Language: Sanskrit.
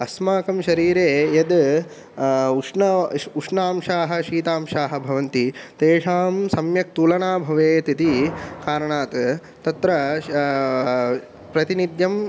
अस्माकं शरीरे यद् उष्णा उष्णांशाः शीतांशाः भवन्ति तेषां सम्यक् तुलना भवेत् इति कारणात् तत्र प्रतिनित्यं